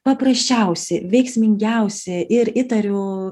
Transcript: paprasčiausi veiksmingiausi ir įtariu